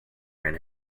ran